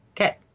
Okay